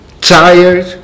tired